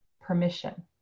permission